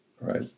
right